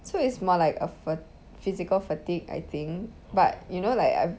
so it's more like a for physical fatigue I think but you know like I